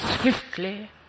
swiftly